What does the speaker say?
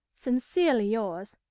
sincerely yours,